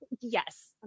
yes